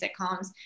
sitcoms